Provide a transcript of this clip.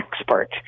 expert